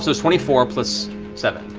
so twenty four plus seven.